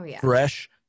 fresh